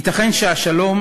ייתכן שהשלום